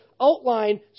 outline